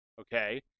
Okay